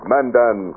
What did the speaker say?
Mandan